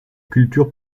culture